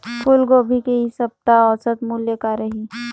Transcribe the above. फूलगोभी के इ सप्ता औसत मूल्य का रही?